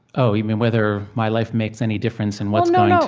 oh, you mean whether my life makes any difference in what's going